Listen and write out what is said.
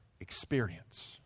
experience